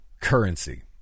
currency